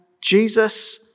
Jesus